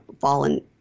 fallen